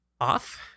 off